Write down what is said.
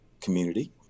community